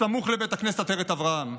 סמוך לבית הכנסת עטרת אברהם.